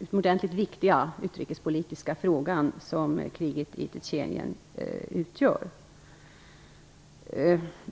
utomordentligt viktiga utrikespolitiska fråga som kriget i Tjetjenien utgör.